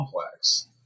complex